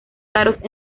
caros